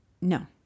No